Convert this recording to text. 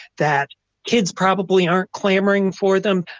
that kids probably aren't clamoring for them.